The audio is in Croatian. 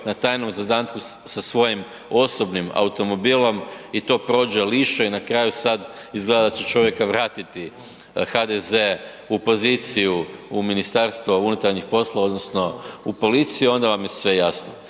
na tajnom zadatku sa svojim osobnim automobilom i to prođe lišo i na kraju sad izgleda da će čovjeka vratiti HDZ u poziciju u MUP odnosno u policiju onda vam je sve jasno.